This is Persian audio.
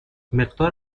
مقدار